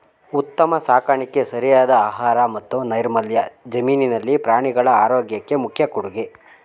ಉತ್ತಮ ಸಾಕಾಣಿಕೆ ಸರಿಯಾದ ಆಹಾರ ಮತ್ತು ನೈರ್ಮಲ್ಯ ಜಮೀನಿನಲ್ಲಿ ಪ್ರಾಣಿಗಳ ಆರೋಗ್ಯಕ್ಕೆ ಮುಖ್ಯ ಕೊಡುಗೆ